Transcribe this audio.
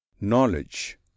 knowledge